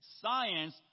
Science